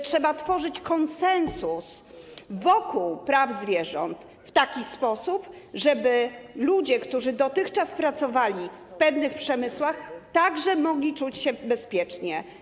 Trzeba tworzyć konsensus wokół praw zwierząt w taki sposób, żeby ludzie, którzy dotychczas pracowali w pewnych przemysłach, mogli czuć się bezpiecznie.